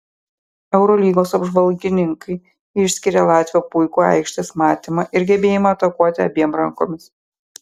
eurolygos apžvalgininkai išskiria latvio puikų aikštės matymą ir gebėjimą atakuoti abiem rankomis